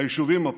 היישובים הפורחים,